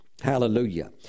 Hallelujah